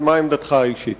ומה עמדתך האישית?